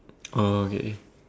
oh okay